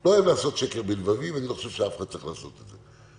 לא אוהב לעשות שקר בלבבי ואני לא חושב שמישהו צריך לעשות את זה.